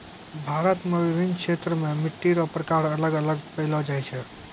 भारत मे विभिन्न क्षेत्र मे मट्टी रो प्रकार अलग अलग पैलो जाय छै